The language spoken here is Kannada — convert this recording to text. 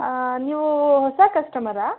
ಹಾಂ ನೀವೂ ಹೊಸ ಕಸ್ಟಮರಾ